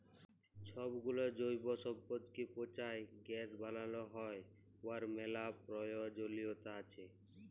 ছবগুলা জৈব সম্পদকে পঁচায় গ্যাস বালাল হ্যয় উয়ার ম্যালা পরয়োজলিয়তা আছে